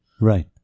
Right